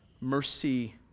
mercy